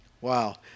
Wow